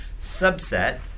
subset